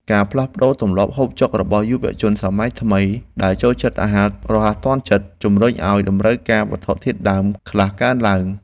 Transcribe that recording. ការផ្លាស់ប្តូរទម្លាប់ហូបចុករបស់យុវជនសម័យថ្មីដែលចូលចិត្តអាហាររហ័សទាន់ចិត្តជម្រុញឱ្យតម្រូវការវត្ថុធាតុដើមខ្លះកើនឡើង។